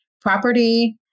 property